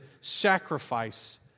sacrifice